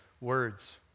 words